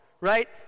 right